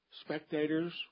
spectators